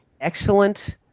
excellent